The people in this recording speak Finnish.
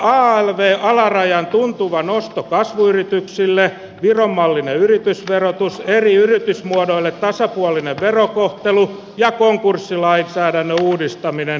alvn alarajan tuntuva nosto kasvuyrityksille viron mallinen yritysverotus eri yritysmuodoille tasapuolinen verokoh telu ja konkurssilainsäädännön uudistaminen